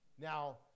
Now